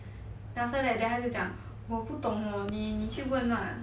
then after that then 他就讲我不懂 hor 你你去问 lah